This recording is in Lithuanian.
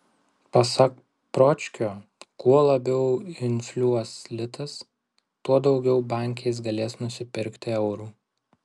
pasak pročkio kuo labiau infliuos litas tuo daugiau banke jis galės nusipirkti eurų